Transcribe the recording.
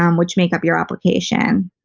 um which make up your application.